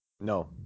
No